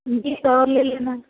बीस और ले लेना